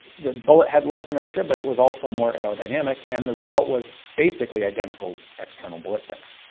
the bullet had less inertia, but it was also more aerodynamic, and the result was basically identical external ballistics.